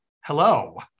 hello